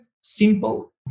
simple